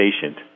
patient